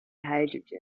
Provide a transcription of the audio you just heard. hydrogen